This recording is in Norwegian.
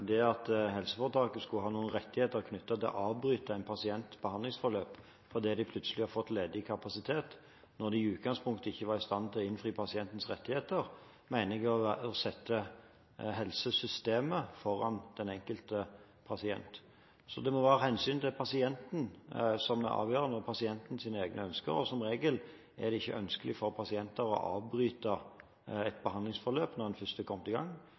Det at helseforetaket skulle ha noen rettigheter knyttet til å avbryte en pasients behandlingsforløp fordi det plutselig har fått ledig kapasitet når det i utgangspunktet ikke var i stand til å innfri pasientens rettigheter, mener jeg er å sette helsesystemet foran den enkelte pasient. Det må være hensynet til pasienten som er avgjørende, og pasientens egne ønsker. Som regel er det ikke ønskelig for pasienten å avbryte et behandlingsforløp når en først har kommet i gang,